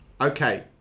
Okay